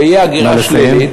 ותהיה הגירה שלילית,